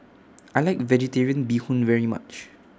I like Vegetarian Bee Hoon very much